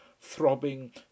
throbbing